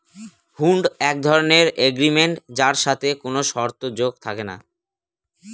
হুন্ড এক ধরনের এগ্রিমেন্ট যার সাথে কোনো শর্ত যোগ থাকে না